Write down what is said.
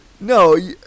no